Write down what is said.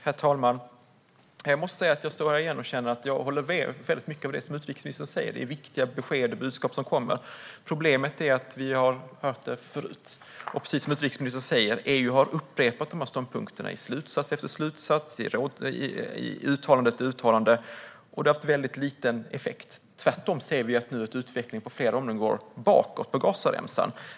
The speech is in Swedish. Herr talman! Jag måste säga att jag återigen står här och håller med om mycket av det utrikesministern säger. Det är viktiga besked och budskap som kommer. Problemet är att vi har hört det förut. Precis som utrikesministern säger har EU upprepat ståndpunkterna i slutsats efter slutsats och uttalande efter uttalande, och det har haft väldigt liten effekt. Tvärtom ser vi nu att utvecklingen på Gazaremsan går bakåt på flera områden.